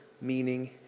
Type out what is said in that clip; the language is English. meaning